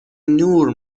نور